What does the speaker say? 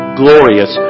glorious